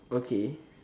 okay